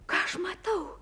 ką aš matau